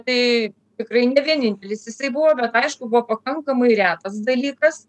tai tikrai ne vienintelis jisai buvo bet aišku buvo pakankamai retas dalykas